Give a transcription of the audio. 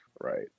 right